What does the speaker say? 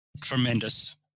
tremendous